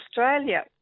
Australia